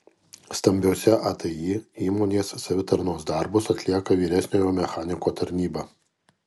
stambiose atį įmonės savitarnos darbus atlieka vyresniojo mechaniko tarnyba